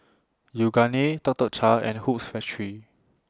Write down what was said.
Yoogane Tuk Tuk Cha and Hoops Factory